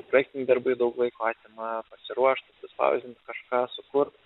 projektiniai darbai daug laiko atima pasiruošt atsispausdint kažką sukurt